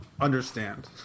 understand